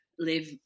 live